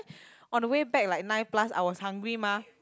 on the way back like nine plus I was hungry mah